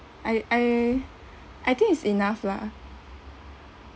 I I I think is enough lah